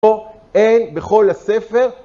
פה אין בכל הספר